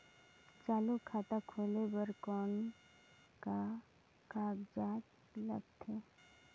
चालू खाता खोले बर कौन का कागजात लगथे?